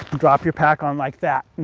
drop your pack on like that.